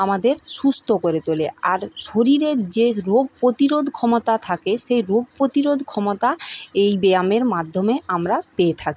আমাদের সুস্থ করে তোলে আর শরীরের যে রোগ প্রতিরোধ ক্ষমতা থাকে সেই রোগ প্রতিরোধ ক্ষমতা এই ব্যায়ামের মাধ্যমে আমরা পেয়ে থাকি